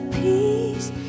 peace